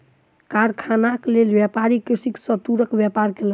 कारखानाक लेल, व्यापारी कृषक सॅ तूरक व्यापार केलक